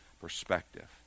perspective